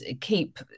keep –